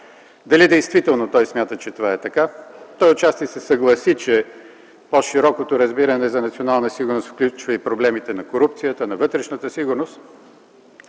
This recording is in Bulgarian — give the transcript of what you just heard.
тема дали действително той смята, че това е така. Той отчасти се съгласи, че по-широкото разбиране за национална сигурност включва и проблемите за корупцията, на вътрешната сигурност,